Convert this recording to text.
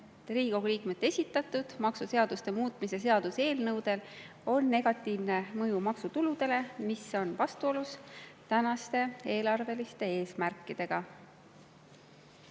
"Riigikogu liikmete esitatud maksuseaduste muutmise seaduse eelnõudel on negatiivne mõju maksutuludele, mis on vastuolus tänaste eelarveliste eesmärkidega."